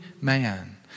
man